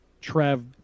Trev